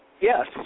Yes